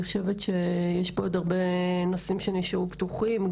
אני חושבת שיש פה עוד הרבה מאוד נושאים שנשארו פתוחים,